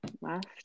left